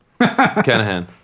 Canahan